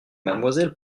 mademoiselle